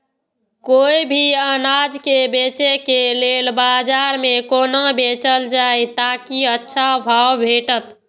कोय भी अनाज के बेचै के लेल बाजार में कोना बेचल जाएत ताकि अच्छा भाव भेटत?